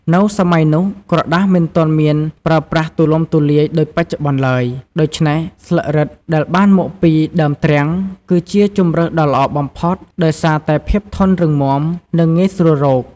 នៅសម័យនោះ ក្រដាសមិនទាន់មានប្រើប្រាស់ទូលំទូលាយដូចបច្ចុប្បន្នឡើយ ដូច្នេះ ស្លឹករឹត ដែលបានមកពី ដើមទ្រាំង គឺជាជម្រើសដ៏ល្អបំផុតដោយសារតែភាពធន់រឹងមាំ និងងាយស្រួលរក។